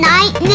Night